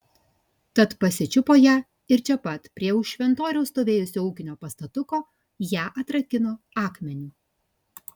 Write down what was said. tad pasičiupo ją ir čia pat prie už šventoriaus stovėjusio ūkinio pastatuko ją atrakino akmeniu